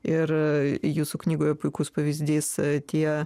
ir jūsų knygoje puikus pavyzdys tie